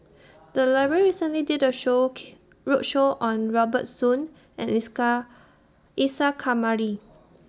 The Library recently did A Show Key roadshow on Robert Soon and Isa Kamari